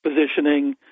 positioning